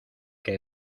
que